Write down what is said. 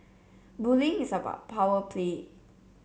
bullying is about power play